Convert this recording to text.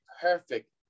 perfect